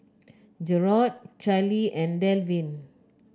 Jerod Charley and Delvin